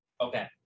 Okay